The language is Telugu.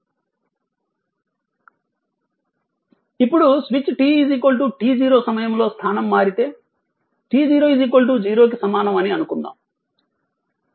ఇప్పుడు స్విచ్ t t0 సమయంలో స్థానం మారితే t0 0 కి సమానం అని అనుకుందాం